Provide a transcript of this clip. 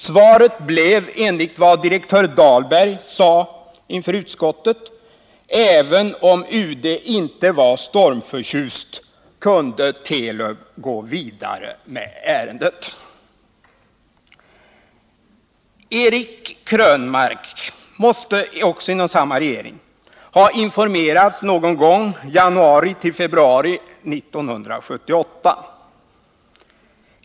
Svaret blev enligt vad direktör Dahlberg sade inför utskottet: ”Även om UD inte var stormförtjust, kunde Telub gå vidare med ärendet.” Eric Krönmark måste inom samma regering också ha informerats någon gång i januari-februari 1978.